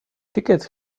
tickets